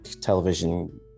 television